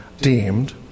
deemed